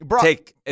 take